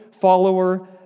follower